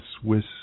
Swiss